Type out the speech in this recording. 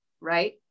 Right